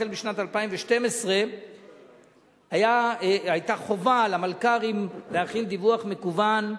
החל משנת 2012 היתה חובה למלכ"רים להכין דיווח מקוון.